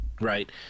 Right